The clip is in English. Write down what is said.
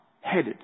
headed